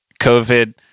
COVID